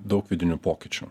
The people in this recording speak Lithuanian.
daug vidinių pokyčių